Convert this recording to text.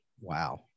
Wow